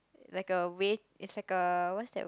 like a way it's like a what that word